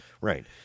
Right